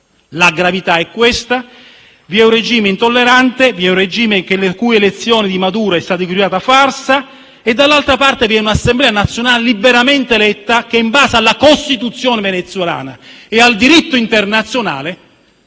La gravità è questa. Da una parte vi è un regime intollerante, l'elezione di Maduro che è stata dichiarata una farsa; e dall'altra parte vi è un'Assemblea nazionale liberamente eletta che, in base alla Costituzione venezuelana e al diritto internazionale,